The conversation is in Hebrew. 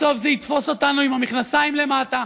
בסוף זה יתפוס אותנו עם המכנסיים למטה,